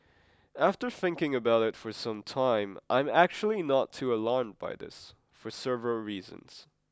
after thinking about it for some time I am actually not too alarmed by this for several reasons